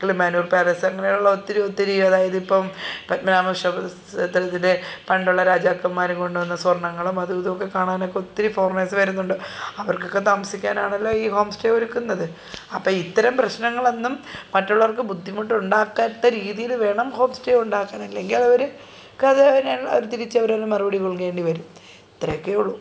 Kilimanoor palace അങ്ങനെയുള്ള ഒത്തിരിയൊത്തിരി അതായത് ഇപ്പം പത്മനാഭഷ സ് തരത്തിലെ പണ്ടുള്ള രാജാക്കന്മാർ കൊണ്ടു വന്ന സ്വർണ്ണങ്ങളും അതുമിതും ഒക്കെ കാണാനൊക്കെ ഒത്തിരി ഫോറീനേഴ്സ് വരുന്നുണ്ട് അവർക്കൊക്കെ താമസിക്കാനാണല്ലൊ ഈ ഹോം സ്റ്റെ ഒരുക്കുന്നത് അപ്പം ഇത്തരം പ്രശ്നങ്ങളൊന്നും മറ്റുള്ളവർക്ക് ബുദ്ധിമുട്ടുണ്ടാക്കാത്ത രീതിയിൽ വേണം ഹോം സ്റ്റെ ഉണ്ടാക്കാൻ അല്ലെങ്കിലവർക്കതിനെല്ലാം തിരിച്ചവരതിനുള്ള മറുപടി നൽകേണ്ടി വരും ഇത്രയൊക്കെ ഉള്ളു